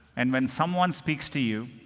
and when someone speaks to you,